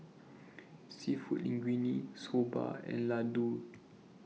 Seafood Linguine Soba and Ladoo